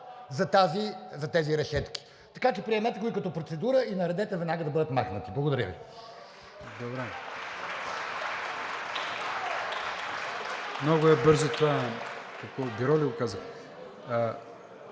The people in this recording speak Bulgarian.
за тези решетки. Така че приемете го и като процедура, и наредете веднага да бъдат махнати. Благодаря Ви.